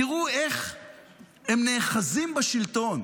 תראו איך הם נאחזים בשלטון